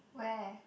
where